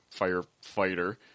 firefighter